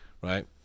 right